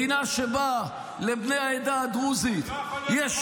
מדינה שבה לבני העדה הדרוזית -- לא יכול להיות